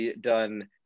done